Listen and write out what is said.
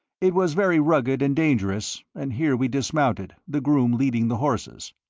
it was very rugged and dangerous, and here we dismounted, the groom leading the horses.